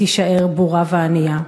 תישאר בורה וענייה.